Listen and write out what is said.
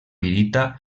pirita